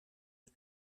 und